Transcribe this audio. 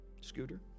Scooter